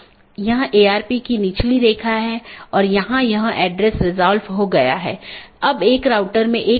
और BGP protocol के तहत एक BGP डिवाइस R6 को EBGP के माध्यम से BGP R1 से जुड़ा हुआ है वहीँ BGP R3 को BGP अपडेट किया गया है और ऐसा ही और आगे भी है